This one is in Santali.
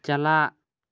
ᱪᱟᱞᱟᱜ